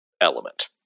element